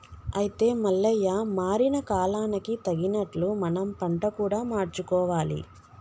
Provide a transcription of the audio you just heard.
అయితే మల్లయ్య మారిన కాలానికి తగినట్లు మనం పంట కూడా మార్చుకోవాలి